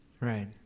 right